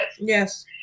Yes